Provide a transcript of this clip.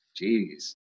jeez